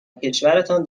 وکشورتان